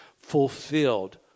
fulfilled